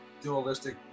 dualistic